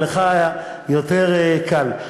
ולך יהיה יותר קל.